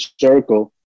circle